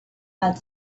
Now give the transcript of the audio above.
had